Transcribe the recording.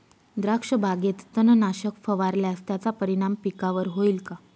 द्राक्षबागेत तणनाशक फवारल्यास त्याचा परिणाम पिकावर होईल का?